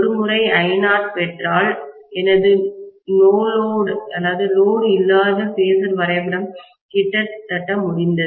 ஒருமுறை I0 பெற்றால் எனது நோ லோட்லோடு இல்லாத பேஸர் வரைபடம் கிட்டத்தட்ட முடிந்தது